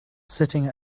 sitting